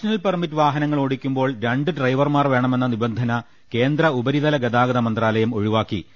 national permit വാഹനങ്ങൾ ഓടിക്കുമ്പോൾ രണ്ട് ഡ്രൈവർമാർ വേണമെന്ന നിബന്ധന കേന്ദ്ര ഉപരിതല ഗതാഗതമ ന്ത്രാലയം ഒഴിവാക്കി